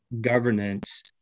governance